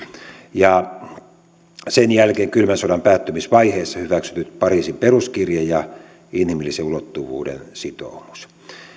ja sen jälkeen kylmän sodan päättymisvaiheessa on hyväksytty pariisin peruskirja ja inhimillisen ulottuvuuden sitoumus